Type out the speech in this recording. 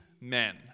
men